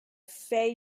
fei